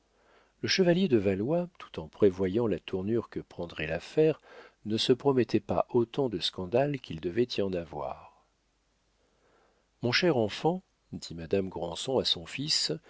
le chevalier de valois tout en prévoyant la tournure que prendrait l'affaire ne se promettait pas autant de scandale qu'il devait y en avoir mon cher enfant dit madame granson à son fils